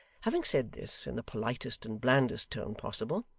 having said this in the politest and blandest tone possible,